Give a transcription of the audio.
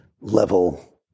level